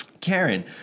Karen